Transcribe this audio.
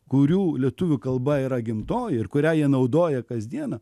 kurių lietuvių kalba yra gimtoji ir kurią jie naudoja kasdieną